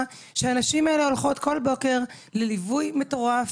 שהנשים האלו הולכות כל בוקר לליווי מטורף,